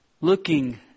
looking